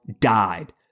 died